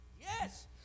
Yes